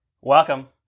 Welcome